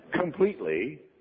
completely